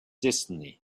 destiny